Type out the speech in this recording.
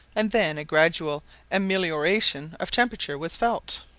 and then a gradual amelioration of temperature was felt.